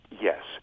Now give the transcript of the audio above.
Yes